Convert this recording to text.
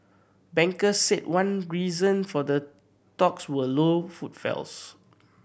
bankers said one reason for the talks were low footfalls